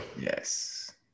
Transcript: yes